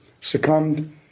succumbed